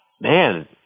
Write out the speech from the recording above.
man